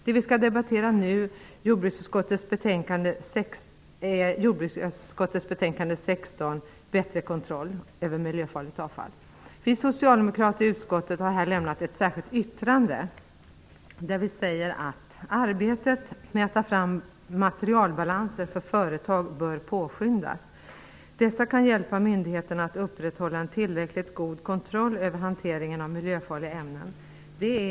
Det vi skall debattera nu är jordbruksutskottets betänkande 16 Bättre kontroll över miljöfarligt avfall. Vi socialdemokrater i utskottet har lämnat ett särskilt yttrande där vi säger att arbetet med att ta fram materialbalanser för företag bör påskyndas. Dessa kan hjälpa myndigheterna att upprätthålla en tillräckligt god kontroll över hanteringen av miljöfarliga ämnen.